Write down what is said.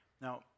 Now